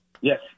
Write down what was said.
Yes